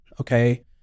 okay